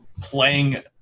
playing